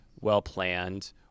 well-planned